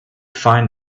find